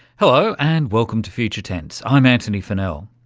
hello, and welcome to future tense, i'm antony funnell.